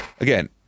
Again